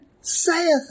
saith